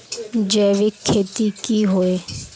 जैविक खेती की होय?